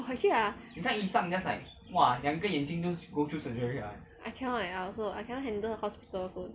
!wah! actually ah I cannot leh I also I cannot handle the hospital also